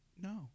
No